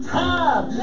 time